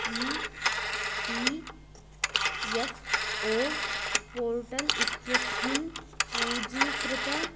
E P F O portal इत्यस्मिन् पञ्जीकृत